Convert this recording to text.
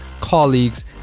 colleagues